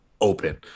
open